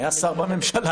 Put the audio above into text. הוא היה שר בממשלה,